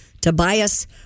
Tobias